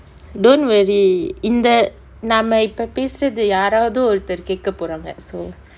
don't worry இந்த நாம இப்ப பேசுறது யாராவது ஒருத்தர் கேக்க போறாங்க:intha namma ippa pesurathu yaaraavathu oruthar kekka poraanga so